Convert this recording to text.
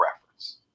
reference